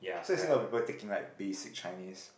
so you see a lot of people taking like basic Chinese